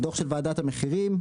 דוח של ועדת המחירים,